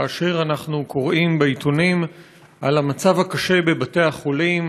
כאשר אנחנו קוראים בעיתונים על המצב הקשה בבתי-החולים,